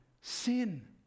sin